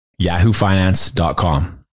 yahoofinance.com